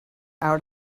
out